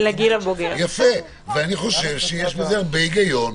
אני חושב שיש בזה הרבה היגיון.